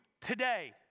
today